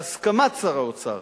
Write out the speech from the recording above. בהסכמת שר האוצר,